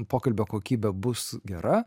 pokalbio kokybė bus gera